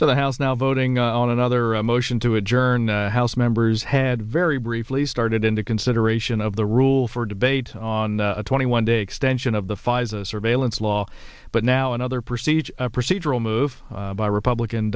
so the house now voting on another motion to adjourn house members had very briefly started into consideration of the rule for debate on a twenty one day extension of the five surveillance law but now another procedure a procedural move by republican